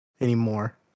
anymore